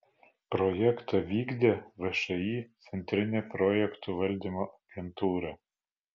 projektą vykdė všį centrinė projektų valdymo agentūra